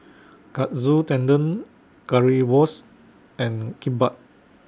Katsu Tendon Currywurst and Kimbap